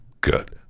good